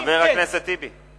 חבר הכנסת טיבי.